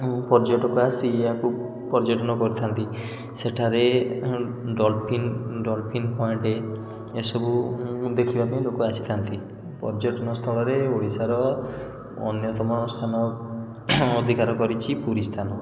ବହୁ ପର୍ଯ୍ୟଟକ ଆସି ଏହାକୁ ପର୍ଯ୍ୟଟନ କରିଥାନ୍ତି ସେଠାରେ ଡଲଫିନ୍ ଡଲଫିନ୍ ପଏଣ୍ଟ ଏସବୁ ଦେଖିବାପାଇଁ ଲୋକ ଆସିଥାନ୍ତି ପର୍ଯ୍ୟଟନ ସ୍ଥଳରେ ଓଡ଼ିଶାର ଅନ୍ୟତମ ସ୍ଥାନ ଅଧିକାର କରିଛି ପୁରୀ ସ୍ଥାନ